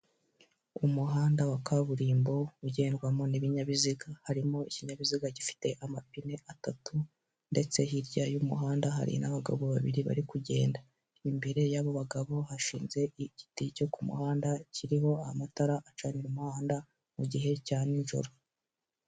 Umuhanda wa kaburimbo ugendwamo n'ibinyabiziga, harimo ikinyabiziga gifite amapine atatu ndetse hirya y'umuhanda hari n'abagabo babiri bari kugenda, imbere y'abo bagabo bashinze igiti cyo ku muhanda kiriho amatara acanira umuhanda mu gihe cya n'ijoro.